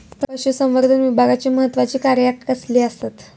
पशुसंवर्धन विभागाची महत्त्वाची कार्या कसली आसत?